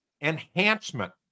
enhancement